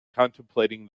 contemplating